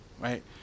Right